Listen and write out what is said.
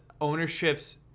ownership's